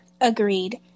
agreed